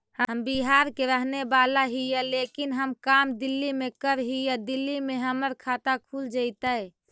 हम बिहार के रहेवाला हिय लेकिन हम काम दिल्ली में कर हिय, दिल्ली में हमर खाता खुल जैतै?